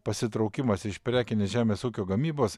pasitraukimas iš prekinės žemės ūkio gamybos